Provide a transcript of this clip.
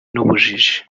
n’ubujiji